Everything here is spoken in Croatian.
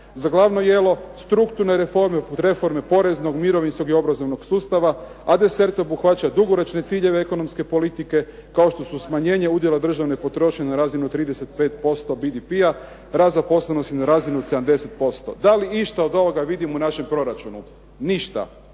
Za glavno jelo strukturne reforme, reforme poreznog, mirovinskog i obrazovnog sustava, a desert obuhvaća dugoročne ciljeve ekonomske politike kao što su smanjenje udjela državne potrošnje na razinu 35% BDP-a, rast zaposlenost na razinu od 70%. Da li išta od ovoga vidimo u našem proračunu? Ništa.